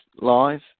live